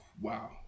wow